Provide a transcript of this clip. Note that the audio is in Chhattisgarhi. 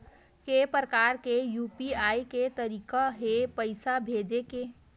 के प्रकार के यू.पी.आई के तरीका हे पईसा भेजे के?